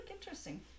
interesting